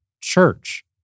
church